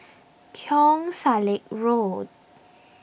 Keong Saik Road